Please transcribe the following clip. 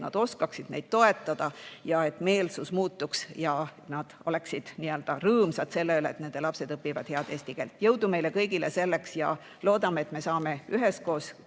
nad oskaksid neid toetada ja et meelsus muutuks ja nad oleksid rõõmsad selle üle, et nende lapsed õpivad head eesti keelt. Jõudu meile kõigile selleks ja loodame, et me saame üheskoos